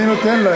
אני נותן להם.